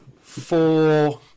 four